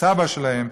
הסבא שלהם,